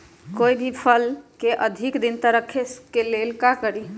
कोई भी फल के अधिक दिन तक रखे के ले ल का करी?